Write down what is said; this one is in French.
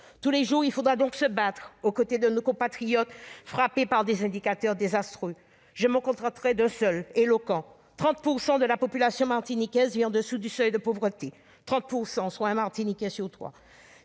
Tous les jours, il faudra donc se battre aux côtés de nos compatriotes frappés par des indicateurs désastreux. Je me contenterais d'un seul, qui est éloquent : 30 % de la population martiniquaise vit au-dessous du seuil de pauvreté, soit un Martiniquais sur trois